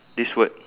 this word